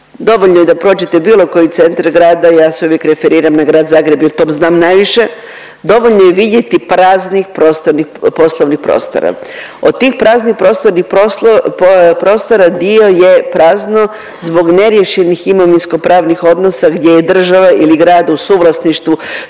dovoljno je da prođete bilo koji centar grada, ja se uvijek referiran na Grad Zagreb i o tom znam najviše, dovoljno je vidjeti praznih poslovnih prostora. Od tih praznih poslovnih prostora dio je prazno zbog neriješenih imovinsko-pravnih odnosa gdje je država ili grad u suvlasništvu